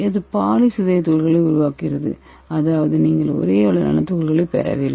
இது பாலி சிதறிய துகள்களை உருவாக்குகிறது அதாவது நீங்கள் ஒரே அளவிலான துகள்களைப் பெறவில்லை